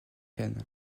canne